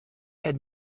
had